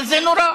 אבל זה נורא.